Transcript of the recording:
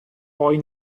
poi